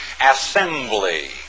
assembly